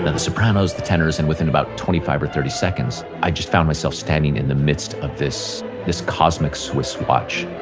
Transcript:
the sopranos, the tenors, and within about twenty five or thirty seconds i just found myself standing in the midst of this this cosmic swiss watch.